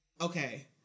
okay